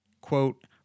quote